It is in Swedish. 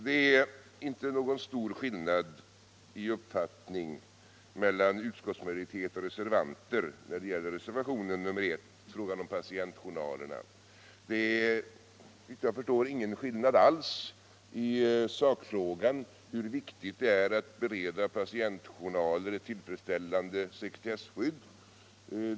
Det är inte någon stor skillnad i uppfattning mellan utskottsmajoritet och reservanter när det gäller reservationen nr 1, frågan om patientjournalerna. Det är såvitt jag förstår ingen skillnad alls i sakfrågan, hur viktigt det är att bereda patientjournaler ett tillfredsställande sekretessskydd.